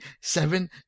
seven